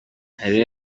areruya